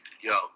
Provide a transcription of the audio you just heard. Yo